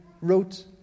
wrote